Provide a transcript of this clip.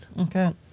Okay